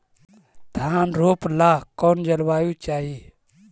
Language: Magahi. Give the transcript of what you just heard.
धान रोप ला कौन जलवायु चाही?